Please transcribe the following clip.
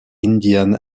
indian